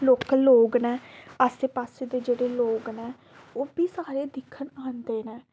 local लोग न आस्सै पास्सै दे जेह्ड़े लोग न ओह् बी सारे दिक्खन आंदे न